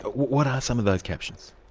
what are some of those captions?